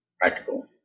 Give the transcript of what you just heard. practical